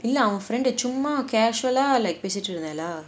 இல்ல அவன்:illa avan friend சும்மா:summa casual like பேசிட்டு இருந்தான்tல:pesitu irunthaala